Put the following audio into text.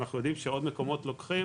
אנחנו יודעים שיש עוד מקומות שלוקחים,